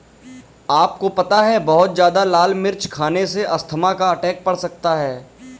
आपको पता है बहुत ज्यादा लाल मिर्च खाने से अस्थमा का अटैक पड़ सकता है?